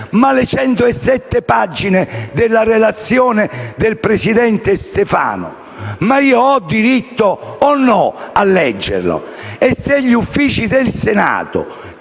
ma almeno le 107 pagine della relazione del presidente Stefano. Ho diritto o no di leggerle? E, se gli Uffici del Senato,